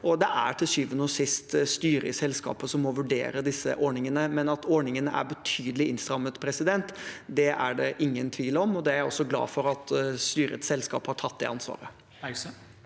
det er til syvende og sist styret i selskapet som må vurdere disse ordningene. Men at ordningene er betydelig innstrammet, er det ingen tvil om, og jeg er glad for at styrets selskap har tatt det ansvaret